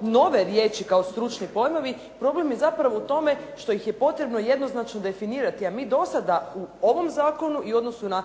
nove riječi kao stručni pojmovi, problem je zapravo u tome što ih je potrebno jednoznačno definirati, a mi do sada u ovom zakonu i u odnosu na